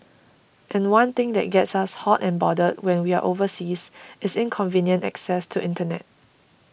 and one thing that gets us hot and bothered when we're overseas is inconvenient access to internet